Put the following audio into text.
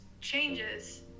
changes